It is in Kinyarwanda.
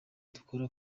dukora